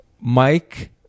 Mike